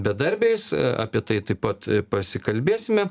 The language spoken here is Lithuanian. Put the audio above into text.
bedarbiais apie tai taip pat pasikalbėsime